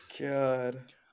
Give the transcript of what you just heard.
god